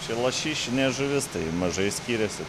čia lašišinė žuvis tai mažai skiriasi